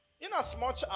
Inasmuch